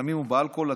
בסמים ובאלכוהול,